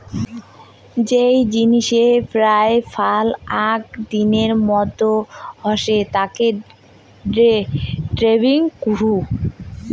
যেই জিনিসের পেরায় ফাল আক দিনের মধ্যে হসে তাকে ডে ট্রেডিং কুহ